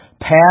Pass